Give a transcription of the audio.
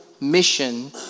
mission